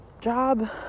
job